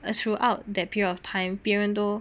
as throughout that period of time 别人都